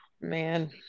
Man